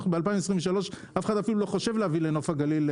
אנחנו ב-2023 ואף אחד אפילו לא חושב להעביר גז טבעי לנוף הגליל,